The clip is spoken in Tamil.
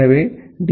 எனவே டி